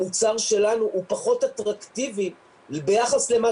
המוצר שלנו הוא פחות אטרקטיבי ביחס למה